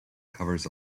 covers